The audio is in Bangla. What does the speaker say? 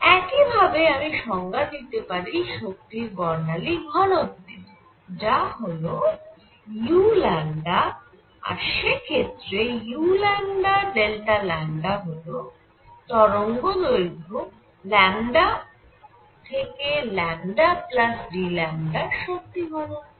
একই ভাবে আমি সংজ্ঞা দিতে পারি শক্তির বর্ণালী ঘনত্বের যা হল u আর সে ক্ষেত্রে u হল তরঙ্গদৈর্ঘ্য λ থেকে λ Δ র শক্তি ঘনত্ব